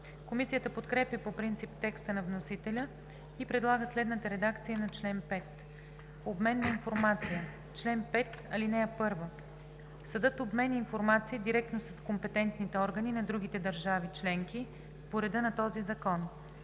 Комисията подкрепя по принцип текста на вносителя и предлага следната редакция на чл. 5: „Обмен на информация Чл. 5. (1) Съдът обменя информация директно с компетентните органи на другите държави членки по реда на този закон.